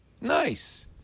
nice